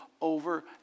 over